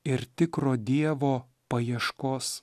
ir tikro dievo paieškos